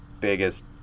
biggest